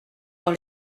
dans